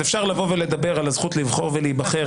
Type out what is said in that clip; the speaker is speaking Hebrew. אפשר לבוא ולדבר על הזכות לבחור ולהיבחר